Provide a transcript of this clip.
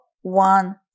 one